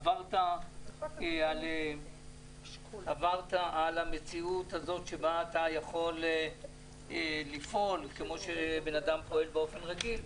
עברת על המציאות הזאת שבה אתה יכול לפעול כמו שבן אדם פועל באופן רגיל,